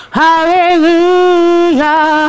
hallelujah